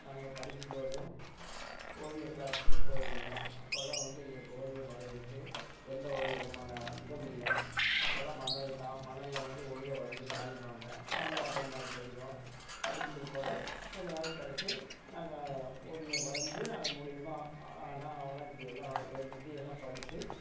நாங்கள் படிக்கும்போதும் ஓவிய கிளாஸுக்கு போயிருந்தோங்க அப்பல்லாம் வந்து எங்களுக்கு ஓவியம் வரையிறதுக்கு எந்த ஒரு விதமான இதுவும் இல்லை அப்பல்லாம் மணல் தான் மணலில் வந்து ஓவியம் வரைஞ்சி காண்மிப்பாங்க நாங்களும் அதே மாதிரி செய்வோம் அதுக்கும் பிற்பாடு கொஞ்ச நாள் கழித்து நாங்கள் ஓவியம் வரைஞ்சி அதன் மூலிமா ஆனா ஆவன்னா இப்படியெல்லான் எழுதி எல்லாம் படித்து